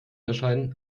erscheinen